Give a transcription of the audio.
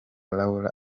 laura